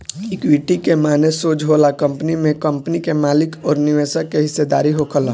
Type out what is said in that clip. equity के माने सोज होला कंपनी में कंपनी के मालिक अउर निवेशक के हिस्सेदारी होखल